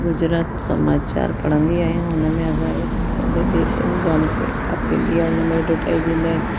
गुजरात समाचार पढ़ंदी आहियां हुन में असांखे सॼे देश जी जानकारी प्राप्त थींदी आहे हुनमें एडवटाइज़ ईंदा आहिनि